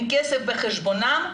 עם כסף בחשבונם,